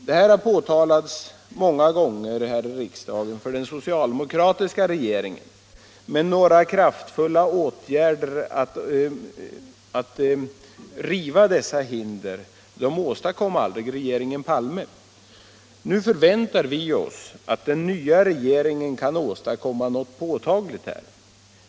Detta har påtalats många gånger här i riksdagen för den socialdemokratiska regeringen, men några kraftfulla åtgärder att riva dessa hinder åstadkom aldrig regeringen Palme. Nu förväntar vi oss att den nya regeringen kan åstadkomma något påtagligt därvidlag.